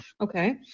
Okay